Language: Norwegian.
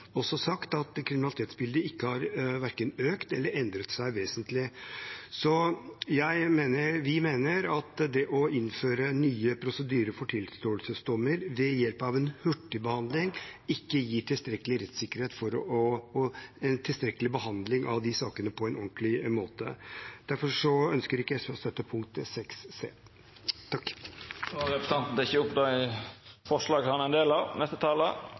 sagt at kriminalitetsbildet verken har økt eller endret seg vesentlig. Vi mener at det å innføre nye prosedyrer for tilståelsesdommer ved hjelp av en hurtigbehandling ikke gir tilstrekkelig rettssikkerhet og en tilstrekkelig behandling av de sakene på en ordentlig måte. Derfor ønsker ikke SV å støtte forslaget til ny § 6 c. Då har representanten Petter Eide teke opp det forslaget han refererte til. Tiltakene som ble innført etter utbruddet av